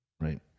Right